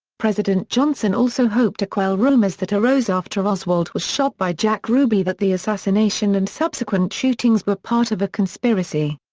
president johnson also hoped to quell rumors that arose after oswald was shot by jack ruby that the assassination and subsequent shootings were part of a conspiracy.